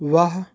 ਵਾਹ